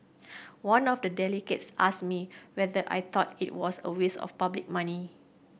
one of the delegates asked me whether I thought it was a waste of public money